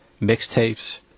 mixtapes